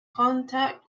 contact